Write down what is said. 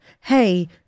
hey